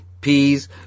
peas